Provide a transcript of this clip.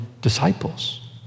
disciples